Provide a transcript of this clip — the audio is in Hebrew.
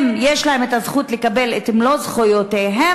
יש להם זכות לקבל את מלוא זכויותיהם,